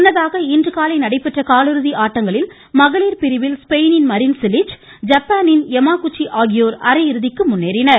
முன்னதாக இன்றுகாலை நடைபெற்ற காலிறுதி ஆட்டங்களில் மகளிர் பிரிவில் ஸ்பெயினின் மரின் சிலிச் ஐப்பானின் யமாக்குச்சி ஆகியோர் அரையிறுதிக்கு முன்னேறினர்